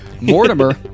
Mortimer